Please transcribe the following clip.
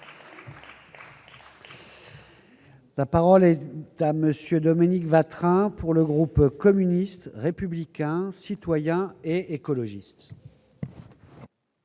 La parole est ta Monsieur Dominique Vatrin pour le groupe communiste républicain et citoyen et écologiste.